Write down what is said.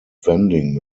vending